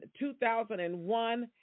2001